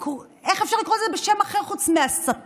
איך אפשר לקרוא לזה בשם אחר חוץ מהסתה,